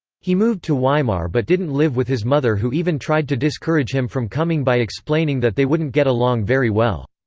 he moved to weimar but didn't live with his mother who even tried to discourage him from coming by explaining that they wouldn't get along very well.